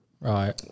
right